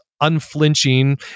unflinching